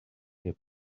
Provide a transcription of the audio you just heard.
nie